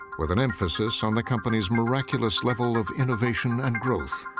with an emphasis on the company's miraculous level of innovation and growth.